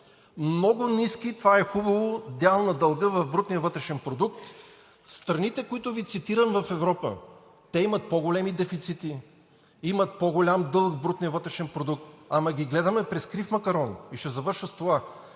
много ниски, и това е хубаво, дял на дълга в брутния вътрешен продукт в страните, които Ви цитирам в Европа, имат по-големи дефицити, имат по-голям дълг в брутния вътрешен продукт, ама ги гледаме през крив макарон. Ще завърша с това.